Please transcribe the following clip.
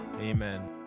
Amen